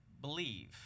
believe